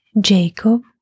Jacob